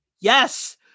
yes